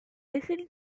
listen